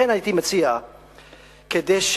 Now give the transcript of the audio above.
לכן הייתי מציע, כדי,